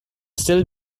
still